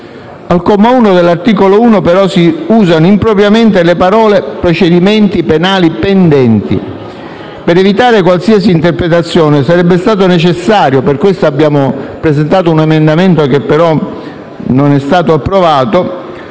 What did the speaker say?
Al comma 1 dell'articolo 1, però, si usano impropriamente le parole «procedimenti penali pendenti». Per evitare qualsiasi interpretazione sarebbe stato necessario (e per questo abbiamo presentato un emendamento, che però non è stato approvato)